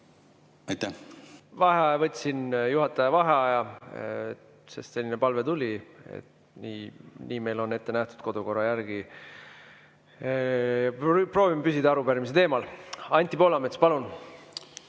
palun! Võtsin juhataja vaheaja, sest selline palve tuli, nii on meil ette nähtud kodukorra järgi. Proovime püsida arupärimise teemas. Anti Poolamets, palun!